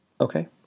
Okay